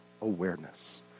awareness